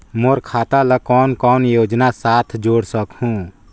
मोर खाता ला कौन कौन योजना साथ जोड़ सकहुं?